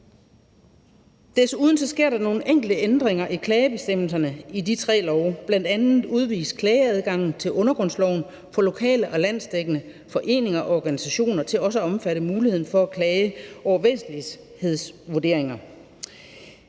Desuden sker der nogle enkelte ændringer i klagebestemmelserne i de tre love. Bl.a. udvides klageadgangen i undergrundsloven for lokale og landsdækkende foreninger og organisationer til også at omfatte muligheden for at klage over væsentlighedsvurderinger.